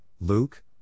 Luke